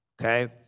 okay